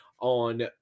on